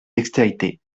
dextérité